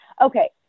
okay